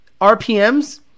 RPMs